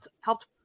helped